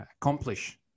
accomplish